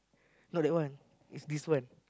not that one is this one